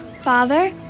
Father